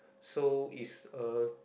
so is a